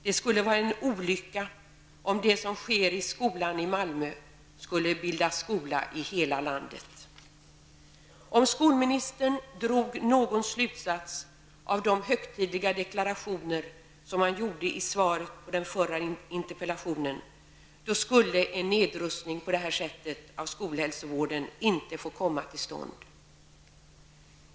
Det skulle vara en olycka om det som sker i skolan i Malmö skulle ''bilda skola'' i hela landet. Om skolministern drog någon slutsats av de högtidliga deklarationer som han gjorde i svaret på den förra interpellationen, skulle en nedrustning på det här sättet av skolhälsovården inte få komma till stånd.